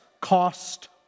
cost